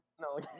No